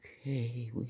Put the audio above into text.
Okay